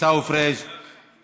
עיסאווי פריג';